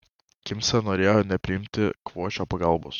kimsa norėjo nepriimti kvošio pagalbos